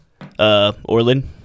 orlin